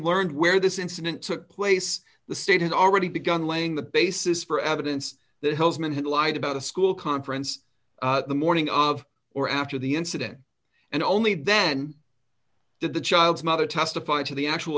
learned where this incident took place the state had already begun laying the basis for evidence that holzman had lied about a school conference the morning of or after the incident and only then did the child's mother testified to the actual